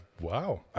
Wow